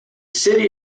city